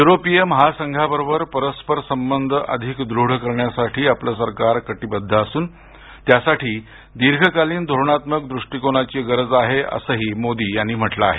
युरोपीय महासंघाबरोबर परस्पर संबंध अधिक दृढ करण्यासाठी आपलं सरकार कटिबद्ध असून त्यासाठी दीर्घकालीन धोरणात्मक दृष्टीकोनाची गरज आहे असंही मोदी यांनी म्हटलं आहे